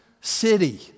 city